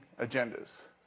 agendas